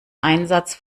einsatz